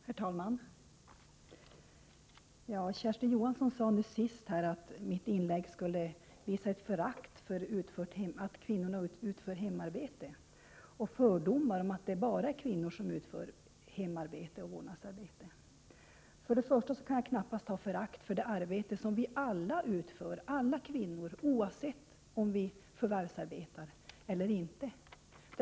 Herr talman! Kersti Johansson sade nu senast att mitt inlägg skulle visa ett förakt för det hemarbete som kvinnorna utför och jag skulle dras med fördomen att det bara är kvinnor som utför hemarbete och vårdnadsarbete. Jag kan knappast hysa förakt för det arbete som alla vi kvinnor utför, oavsett om vi förvärvsarbetar eller inte.